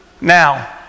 Now